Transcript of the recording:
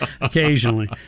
Occasionally